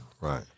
right